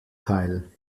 teil